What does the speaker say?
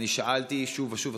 אני שאלתי שוב ושוב.